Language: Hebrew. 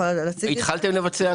התחלתם לבצע?